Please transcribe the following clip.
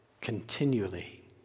continually